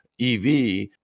EV